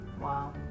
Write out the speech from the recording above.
Wow